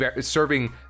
serving